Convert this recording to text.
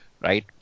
right